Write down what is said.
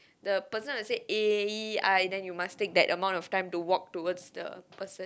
the person will say A E I then you must take that amount of time to walk towards the person